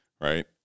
right